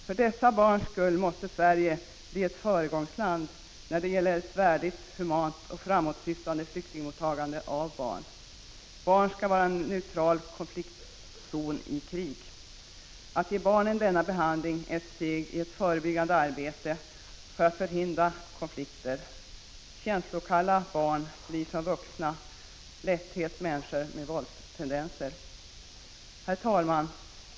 För dessa barns skull måste Sverige bli ett föregångsland när det gäller ett värdigt, humant och framåtsyftande mottagande av flyktingbarn. Barn skall utgöra en neutral konfliktzon i krig. Att ge barnen denna behandling är ett steg i ett förebyggande arbete för att förhindra konflikter. Känslokalla barn blir som vuxna ofta människor med våldstendenser. Herr talman!